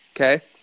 Okay